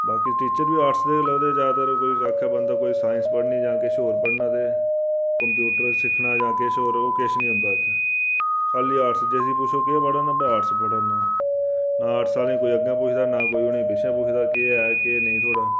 बाकी टीचर बी आर्टस दे गै लभदे हे जैदातर कोई आक्खै बंदा कोई साईंस पढ़नी जां किश होर पढ़ना ते कंप्यूटर सिक्खना जां किश होर ओह् किश निं होंदा हा इत्थै खाली आर्टस जिसी पुच्छो केह् पढ़ै ना बे आर्टस पढ़ै ना आर्टस आह्लें ई कोई अग्गें पुछदा ते नां कोई उ'नें ई पिच्छें पुछदा हा केह् ऐ केह् नेईं थुआढ़ा